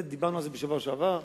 דיברנו על זה בשבוע שעבר,